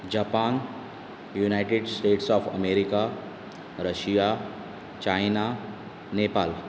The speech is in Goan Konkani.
Japan United States of America Russia China Nepal